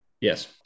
Yes